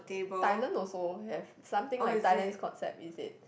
Thailand also have something like Thailand's concept is it